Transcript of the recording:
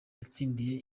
yatsindiye